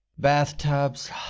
Bathtubs